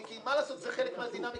מיקי, מה לעשות, זה חלק מהדינמיקה.